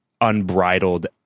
unbridled